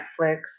Netflix